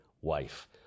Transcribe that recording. wife